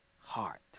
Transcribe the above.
heart